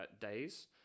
days